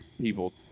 people